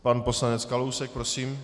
Pan poslanec Kalousek, prosím.